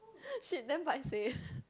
shit damn paiseh